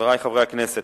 חברי חברי הכנסת,